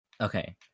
Okay